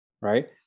Right